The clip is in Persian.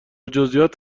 جزییات